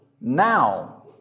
now